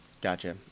gotcha